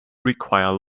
require